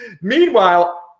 Meanwhile